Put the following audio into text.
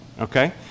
okay